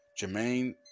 Jermaine